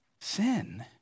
sin